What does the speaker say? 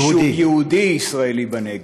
התכוונת: כמו יישוב יהודי ישראלי בנגב.